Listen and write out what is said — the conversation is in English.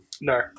No